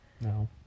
No